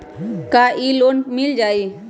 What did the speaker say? का इ लोन पर मिल जाइ?